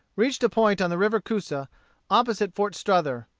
reached a point on the river coosa opposite fort strother,